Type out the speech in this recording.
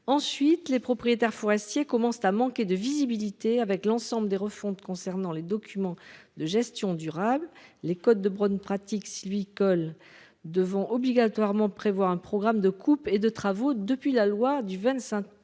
Ensuite les propriétaires forestiers commencent à manquer de visibilité avec l'ensemble des refontes concernant les documents de gestion durable. Les codes de bonnes pratiques sylvicoles devons obligatoirement prévoit un programme de coupes et de travaux depuis la loi du 25 août 2021.